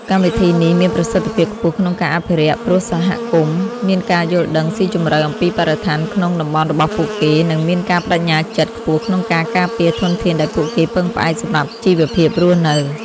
កម្មវិធីនេះមានប្រសិទ្ធភាពខ្ពស់ក្នុងការអភិរក្ស ព្រោះសហគមន៍មានការយល់ដឹងស៊ីជម្រៅអំពីបរិស្ថានក្នុងតំបន់របស់ពួកគេ និងមានការប្ដេជ្ញាចិត្តខ្ពស់ក្នុងការការពារធនធានដែលពួកគេពឹងផ្អែកសម្រាប់ជីវភាពរស់នៅ។